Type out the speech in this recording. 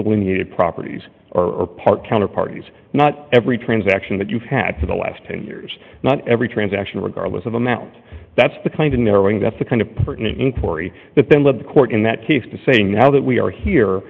limited properties or part counter parties not every transaction that you've had for the last ten years not every transaction regardless of amount that's the kind of narrowing that's the kind of person inquiry that then led the court in that case to say now that we are here